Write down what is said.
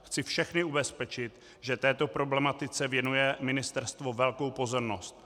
Chci všechny ubezpečit, že této problematice věnuje ministerstvo velkou pozornost.